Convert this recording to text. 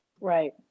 Right